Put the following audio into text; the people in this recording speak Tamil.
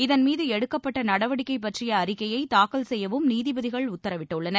இதன்மீது எடுக்கப்பட்ட நடவடிக்கை பற்றிய அறிக்கையை தாக்கல் செய்யவும் நீதிபதிகள் உத்தரவிட்டுள்ளனர்